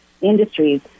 industries